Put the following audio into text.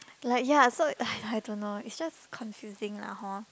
like ya so I I don't know it's just confusing lah hor